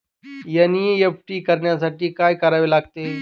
NEFT करण्यासाठी काय करावे लागते?